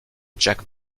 jack